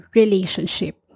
relationship